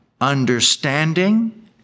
understanding